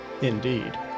Indeed